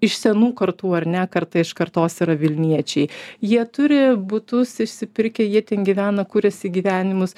iš senų kartų ar ne karta iš kartos yra vilniečiai jie turi butus išsipirkę jie ten gyvena kuriasi gyvenimus